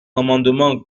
amendements